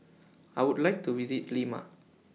I Would like to visit Lima